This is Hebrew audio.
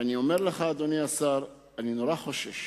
אני אומר לך, אדוני השר, אני נורא חושש